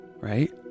right